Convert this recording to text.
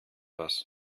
was